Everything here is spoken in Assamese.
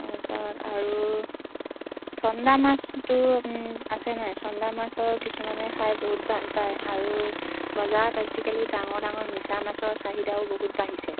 তাৰপিছত আৰু চন্দা মাছটো আছে নাই চন্দা মাছৰ কিছুমানে খাই বহুত ভাল পায় আৰু বজাৰত আজিকালি ডাঙৰ ডাঙৰ মিছা মাছৰ চাহিদাও বহুত বাঢ়িছে